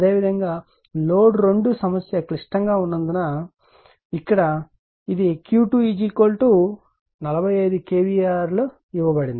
అదేవిధంగా లోడ్ 2 సమస్య క్లిష్టంగా ఉన్నందున ఇక్కడ ఇది q2 45 kVAr ఇవ్వబడింది